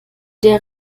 der